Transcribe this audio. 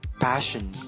passion